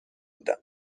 بودم